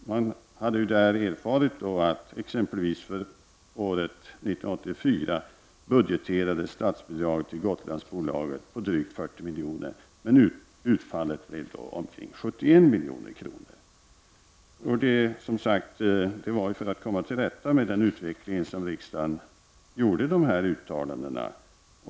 Under t.ex. år 1984 budgeterades ett statsbidrag till Gotlandsbolaget på drygt 40 miljoner, men utfallet blev omkring 71 miljoner. Det var för att komma till rätta med denna utveckling som riksdagen gjorde dessa uttalanden.